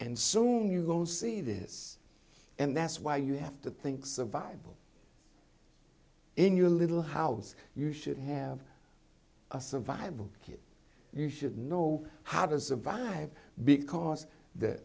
and soon you won't see this and that's why you have to think survival in your little house you should have a survival kit you should know how to survive because the